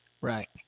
right